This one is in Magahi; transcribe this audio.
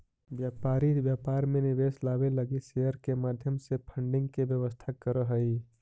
व्यापारी व्यापार में निवेश लावे लगी शेयर के माध्यम से फंडिंग के व्यवस्था करऽ हई